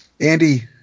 Andy